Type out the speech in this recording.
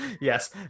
Yes